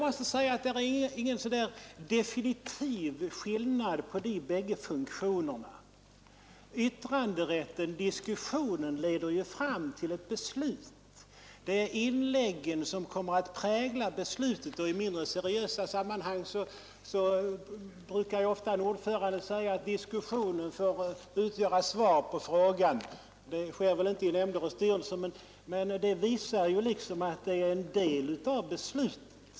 Det finns ingen definitiv åtskillnad på de båda funktionerna. Yttranderätten, diskussionen, leder ju fram till ett beslut. Det är inläggen som kommer att prägla besluten, och i mindre seriösa sammanhang brukar ofta ordföranden säga att diskussionen får utgöra svar på frågan. Det sker väl inte i nämnder och styrelser, men det visar att diskussionen är en del av beslutet.